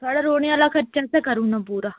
थुआड़ा रोह्नै आह्ला खर्चा असें करी ओड़ना पूरा